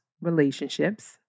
relationships